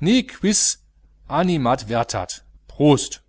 ne quis animadvertat prost